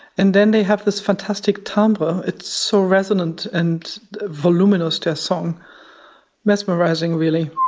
and then they have this fantastic timbre it's so resonant and voluminous, their song mesmerising really.